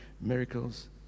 miracles